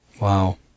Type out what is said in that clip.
Wow